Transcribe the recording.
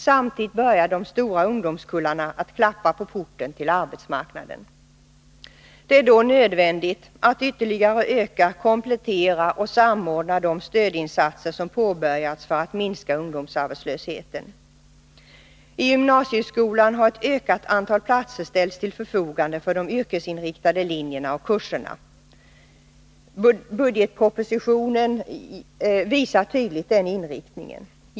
Samtidigt börjar de stora ungdomskullarna att klappa på porten till arbetsmarknaden. Det är då nödvändigt att ytterligare öka, komplettera och samordna de stödinsatser som påbörjats för att minska ungdomsarbetslösheten. I gymnasieskolan har ett ökat antal platser ställts till förfogande för de yrkesinriktade linjerna och kurserna. Budgetpropositionen visar tydligt den inriktningen.